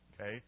Okay